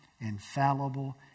infallible